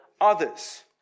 others